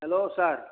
hello sir